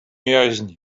jaźni